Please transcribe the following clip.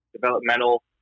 developmental